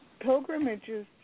Pilgrimages